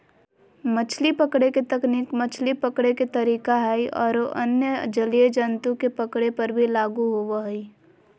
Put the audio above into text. मछली पकड़े के तकनीक मछली पकड़े के तरीका हई आरो अन्य जलीय जंतु के पकड़े पर भी लागू होवअ हई